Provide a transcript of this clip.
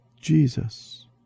Jesus